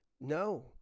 no